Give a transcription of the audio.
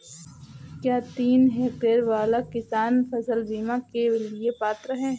क्या तीन हेक्टेयर वाला किसान फसल बीमा के लिए पात्र हैं?